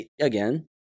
again